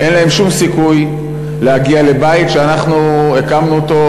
אין להם שום סיכוי להגיע לבית שאנחנו הקמנו אותו,